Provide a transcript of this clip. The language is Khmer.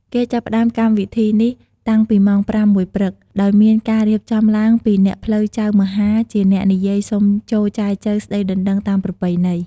គេចាប់ផ្តើមកម្មវិធីនេះតាំងពីម៉ោងប្រាំមួយព្រឹក ដោយមានការរៀបចំឡើងពីអ្នកផ្លូវចៅមហាជាអ្នកនិយាយសុំចូលចែចូវស្តីដណ្តឹងតាមប្រពៃណី។